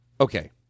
Okay